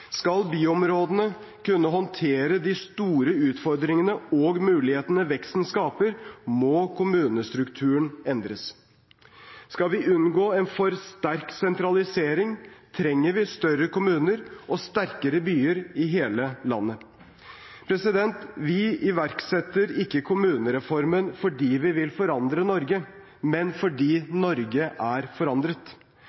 Skal byområdene kunne håndtere de store utfordringene og mulighetene veksten skaper, må kommunestrukturen endres. Skal vi unngå en for sterk sentralisering, trenger vi større kommuner og sterkere byer i hele landet. Vi iverksetter ikke kommunereformen fordi vi vil forandre Norge, men fordi Norge er forandret.